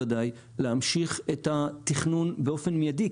להמשיך את התכנון באופן מידי,